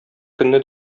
көнне